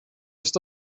ist